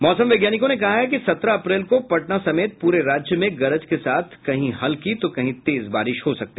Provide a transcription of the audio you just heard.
मौसम वैज्ञानिकों ने कहा है कि सत्रह अप्रैल को पटना समेत पूरे राज्य में गरज के साथ कहीं हल्की तो कहीं तेज बारिश होगी